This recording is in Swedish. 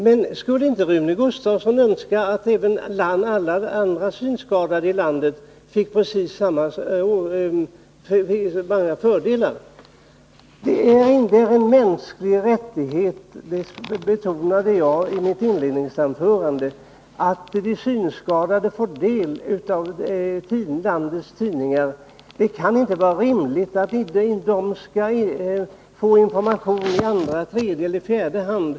Men skulle inte Rune Gustavsson önska att även andra synskadade i landet fick precis samma fördelar? I mitt inledningsanförande betonade jag att det är en mänsklig rättighet för de synskadade att kunna ta del av landets tidningar. Det kan inte vara rimligt att de skall behöva få den informationen i andra eller tredje eller fjärde hand.